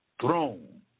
throne